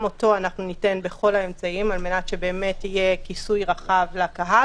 אותו אנחנו ניתן בכל האמצעים על מנת שבאמת יהיה כיסוי רחב לקהל,